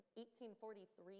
1843